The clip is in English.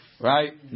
Right